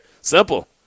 Simple